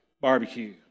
barbecue